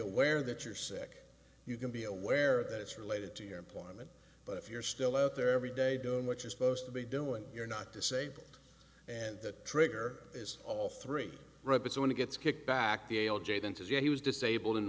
aware that you're sick you can be aware that it's related to your employment but if you're still out there every day doing what you're supposed to be doing you're not disabled and that trigger is all three right but so when it gets kicked back gail jaden to say he was disabled in